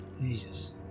Jesus